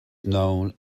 known